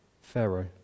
Pharaoh